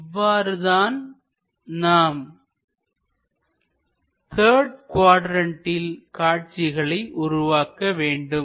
இவ்வாறுதான் நாம் த்தர்டு குவாட்ரண்ட்டில் காட்சிகளை உருவாக்க வேண்டும்